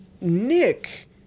Nick